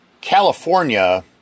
California